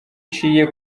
uciye